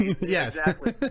Yes